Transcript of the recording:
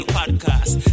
podcast